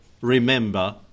Remember